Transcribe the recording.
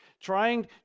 trying